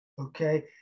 okay